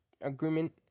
agreement